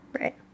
right